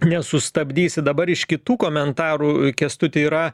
nesustabdysi dabar iš kitų komentarų kęstuti yra